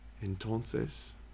entonces